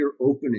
opening